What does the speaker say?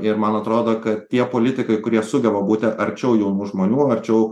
ir man atrodo kad tie politikai kurie sugeba būti arčiau jaunų žmonių arčiau